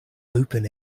open